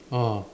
oh